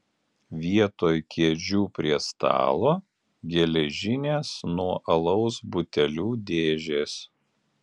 vietoj kėdžių prie stalo geležinės nuo alaus butelių dėžės